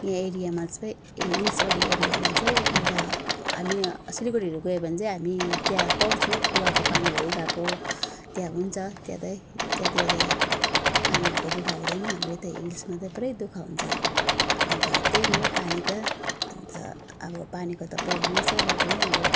यहाँ एरियामा सबै ए हिल्स एरियामा चाहिँ अन्त हामी सिलगढीहरू गयो भने चाहिँ हामी त्यहाँ पाउँछु कुवाको पानीहरू उँघाएको त्यहाँ हुन्छ त्यहाँ चाहिँ त्यहाँतिर त पानीहरूको दु ख हुँदैन हाम्रो यता हिल्समा चाहिँ पुरा दु ख हुन्छ अन्त त्यही हो पानी त अन्त अब पानीको त प्रब्लमै छ र पनि अब